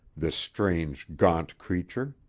this strange, gaunt creature.